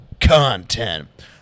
content